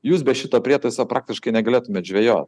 jūs be šito prietaiso praktiškai negalėtumėt žvejot